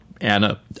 Anna